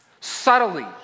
subtly